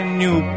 new